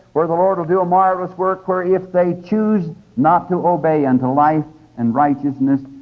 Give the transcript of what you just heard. where the lord will do a marvelous work where, if they choose not to obey unto life and righteousness,